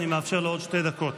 אני מאפשר לו עוד שתי דקות.